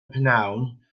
prynhawn